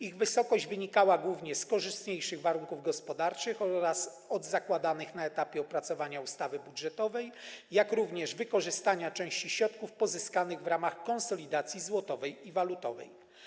Ich wysokość wynikała głównie z korzystniejszych warunków gospodarczych od tych zakładanych na etapie opracowania ustawy budżetowej, a także z wykorzystania części środków pozyskanych w ramach konsolidacji złotowej i walutowej.